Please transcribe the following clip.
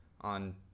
On